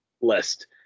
list